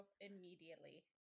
immediately